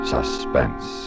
Suspense